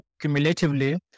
cumulatively